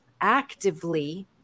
actively